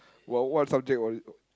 what what subject was it